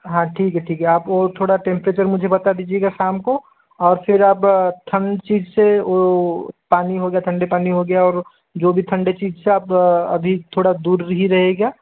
हाँ ठीक है ठीक है आप वो थोड़ा टेम्प्रेचर मुझे बता दीजिएगा शाम को और फिर आप ठंड चीज से वो पानी हो गया ठंडे पानी हो गया और जो भी ठंडे चीज से आप अभी थोड़ा दूर ही रहिएगा